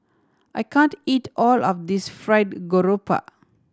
I can't eat all of this Fried Garoupa